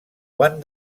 quan